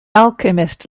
alchemist